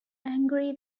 angry